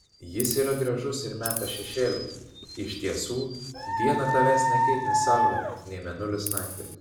jis yra gražus ir meta šešėlį iš tiesų dieną tavęs nekaitins saulė nei mėnulis naktį